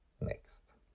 next